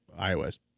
iOS